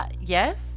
Yes